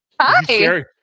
Hi